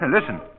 listen